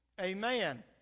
Amen